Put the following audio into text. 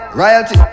royalty